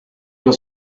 alla